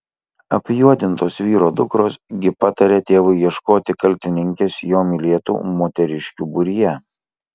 apjuodintos vyro dukros gi pataria tėvui ieškoti kaltininkės jo mylėtų moteriškių būryje